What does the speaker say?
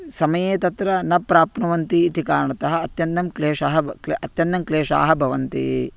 समये तत्र न प्राप्नुवन्तीति कारणतः अत्यन्तं क्लेशः ब् अत्यन्तं क्लेशाः भवन्ति